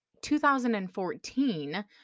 2014